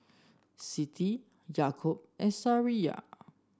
Siti Yaakob and Safiya